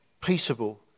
Peaceable